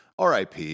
RIP